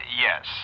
yes